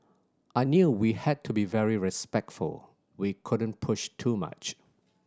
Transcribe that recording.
I knew we had to be very respectful we couldn't push too much